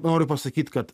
noriu pasakyt kad